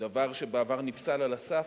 דבר שבעבר נפסל על הסף,